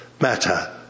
matter